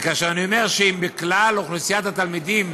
וכאשר אני אומר שבכלל אוכלוסיית התלמידים